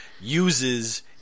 uses